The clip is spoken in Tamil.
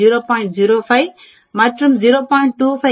05 மற்றும் 0